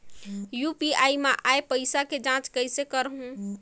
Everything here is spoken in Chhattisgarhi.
यू.पी.आई मा आय पइसा के जांच कइसे करहूं?